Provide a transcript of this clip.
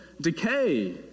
decay